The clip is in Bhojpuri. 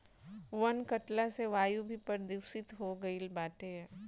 वन कटला से वायु भी प्रदूषित हो गईल बाटे